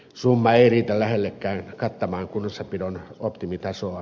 summa ei riitä lähellekään kattamaan kunnossapidon optimitasoa